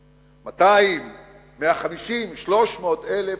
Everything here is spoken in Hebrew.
200,000, 150,000, 300,000